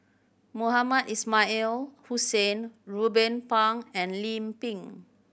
Mohamed Hussain Ruben Pang and Lim Pin